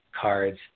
cards